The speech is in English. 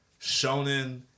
Shonen